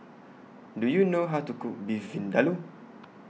Do YOU know How to Cook Beef Vindaloo